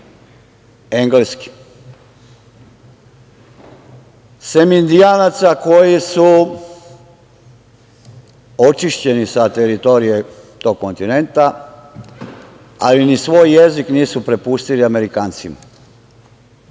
Engleskim, sem Indijanaca koji su očišćeni sa teritorije tog kontinenta, ali ni svoj jezik nisu prepustili Amerikancima.